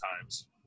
times